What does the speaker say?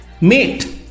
mate